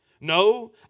No